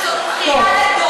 רק אמרתי שזו בכייה לדורות.